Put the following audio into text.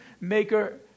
maker